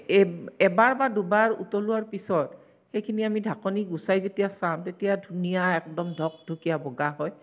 এই এবাৰ বা দুবাৰ উতলোৱাৰ পিছত সেইখিনি আমি ঢাকনি গুচাই যেতিয়া চাওঁ তেতিয়া ধুনীয়া একদম ঢকঢকীয়া বগা হয়